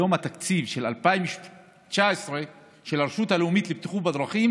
היום התקציב של הרשות הלאומית לבטיחות בדרכים